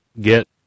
get